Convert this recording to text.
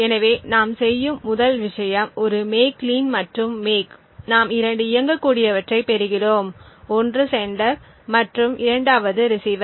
எனவே நாம் செய்யும் முதல் விஷயம் ஒரு make clean மற்றும் make நாம் 2 இயங்கக்கூடியவற்றைப் பெறுகிறோம் ஒன்று செண்டர் மற்றும் 2 வது ரிசீவர்